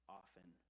often